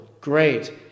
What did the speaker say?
great